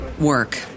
work